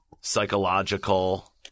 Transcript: psychological